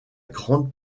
grande